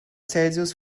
celsius